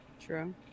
True